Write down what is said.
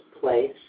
place